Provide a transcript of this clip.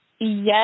Yes